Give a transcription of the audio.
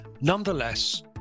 Nonetheless